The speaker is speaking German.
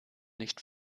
nicht